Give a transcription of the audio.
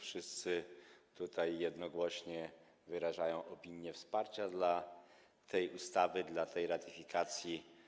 Wszyscy tutaj jednogłośnie wyrażają poparcie dla tej ustawy, dla tej ratyfikacji.